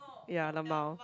ya lmao